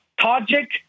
Tajik